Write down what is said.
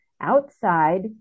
outside